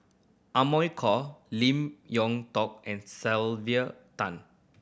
Amy Khor Lim Yew Hock and Sylvia Tan